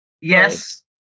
Yes